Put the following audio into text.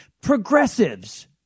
Progressives